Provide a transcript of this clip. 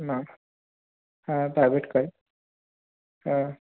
না হ্যাঁ প্রাইভেট গাড়ি হ্যাঁ